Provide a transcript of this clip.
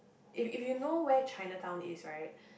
if if you know where Chinatown is right